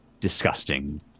disgusting